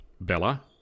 Bella